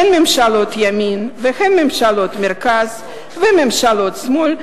הן ממשלות ימין והן ממשלות מרכז וממשלות שמאל,